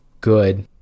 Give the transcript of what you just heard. good